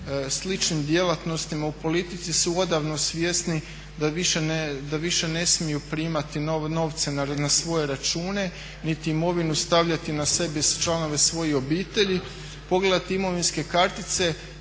sličnim djelatnostima u politici su odavno svjesni da više ne smiju primati novce na svoje račune, niti imovinu stavljati na sebe i članove svojih obitelji. Pogledajte imovinske kartice